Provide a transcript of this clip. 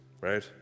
right